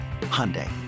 Hyundai